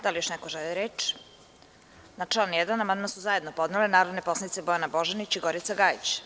Da li još neko želi reč? (Ne) Na član 1. amandman su zajedno podnele narodne poslanice Bojana Božanić i Gorica Gajić.